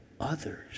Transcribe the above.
others